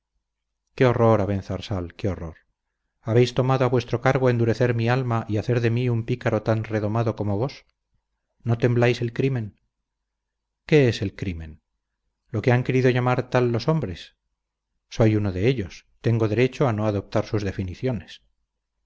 qué horror abenzarsal qué horror habéis tomado a vuestro cargo endurecer mi alma y hacer de mí un pícaro tan redomado como vos no tembláis el crimen qué es el crimen lo que han querido llamar tal los hombres soy uno de ellos tengo derecho a no adoptar sus definiciones